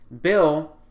Bill